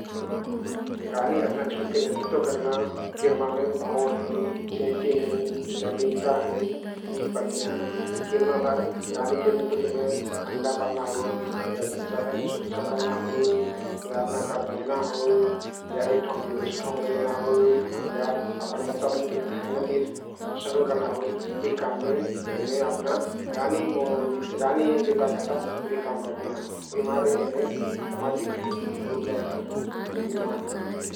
रानी अपन झुण्डके नेतृत्व कर्ना किरमामे भउँर हँइ चेंटी हँइ बिम्ता हँइ यी परतियाँ । यी किरमा रानीके नेतृत्वमे अण्डा पर्ना होइल या बच्चा भरिन सुरक्षा कर्ना होइल या अपना घर बनइना होइल या एक ठाउँति दोसर ठाउँमे जैना होइल या अपना बच्चा भरिन तहिन खैना चिझ संकलन कर्ना होइल यी काममे एने अपना रानी महुरी रानी एनके जा कहता उहि काम करतियाँ । उहिमारे एने समाजिक रुपमे रहना किरमा हँइ ।